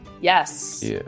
yes